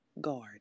guard